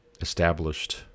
established